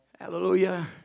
Hallelujah